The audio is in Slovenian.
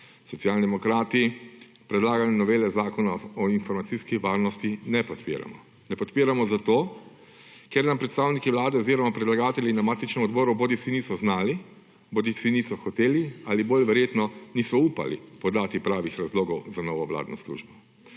Socialni demokrati predlagane novele Zakona o informacijski varnosti ne podpiramo. Ne podpiramo zato, ker nam predstavniki Vlade oziroma predlagatelji na matičnem odboru bodisi niso znali bodisi niso hoteli ali, bolj verjetno, niso upali podati pravih razlogov za novo vladno službo.